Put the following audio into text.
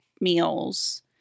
meals